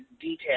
details